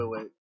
wait